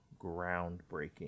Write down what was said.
groundbreaking